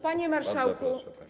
Panie Marszałku!